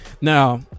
Now